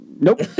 Nope